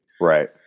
right